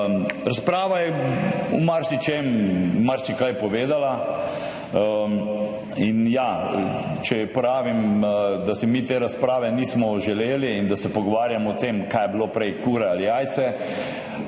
Razprava je o marsičem marsikaj povedala. Če pravim, da si mi te razprave nismo želeli in da se pogovarjamo o tem, kaj je bilo prej, kura ali jajce